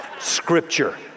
Scripture